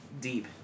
Deep